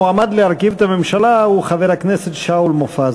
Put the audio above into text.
המועמד להרכיב את הממשלה הוא חבר הכנסת שאול מופז.